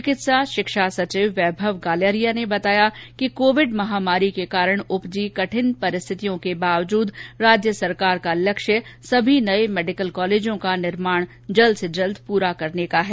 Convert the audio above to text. चिकित्सा शिक्षा सचिव वैभव गालरिया ने बताया कि कोविड महामारी के कारण उपजी कठिनाइयों के बावजूद राज्य सरकार का लक्ष्य सभी नए मेडिकल कॉलेजों का निर्माण जल्द से जल्द पूरा कराने का है